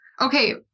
okay